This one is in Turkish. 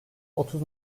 otuz